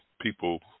people